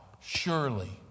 surely